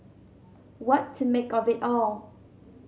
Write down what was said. what to make of it all